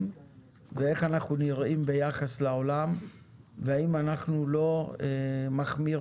ואיך אנחנו נראים ביחס לעולם והאם אנחנו לא מחמירים